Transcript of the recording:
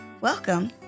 Welcome